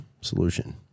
solution